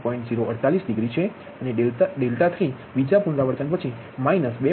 048 ડિગ્રી છે અને 𝛿3 બીજા પુનરાવર્તન પછી 2